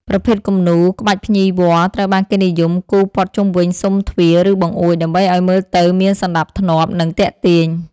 ប្រភេទគំនូរ ក្បាច់ភ្ញីវល្លិ ត្រូវបានគេនិយមគូរព័ទ្ធជុំវិញស៊ុមទ្វារ ឬបង្អួច ដើម្បីឱ្យមើលទៅមានសណ្ដាប់ធ្នាប់ និងទាក់ទាញ។